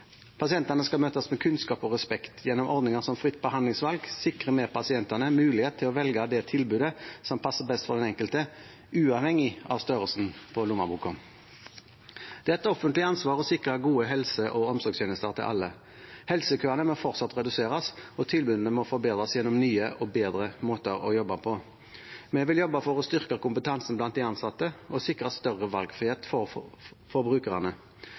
Pasientene skal møtes med kunnskap og respekt. Gjennom ordninger som fritt behandlingsvalg sikrer vi pasientene mulighet til å velge det tilbudet som passer best for den enkelte, uavhengig av størrelsen på lommeboken. Det er et offentlig ansvar å sikre gode helse- og omsorgstjenester til alle. Helsekøene må fortsatt reduseres, og tilbudene må forbedres gjennom nye og bedre måter å jobbe på. Vi vil jobbe for å styrke kompetansen blant de ansatte og sikre større valgfrihet for